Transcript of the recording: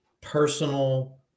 personal